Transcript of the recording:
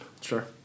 sure